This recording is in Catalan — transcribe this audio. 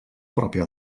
pròpia